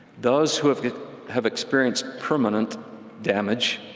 those who have have experienced permanent damage,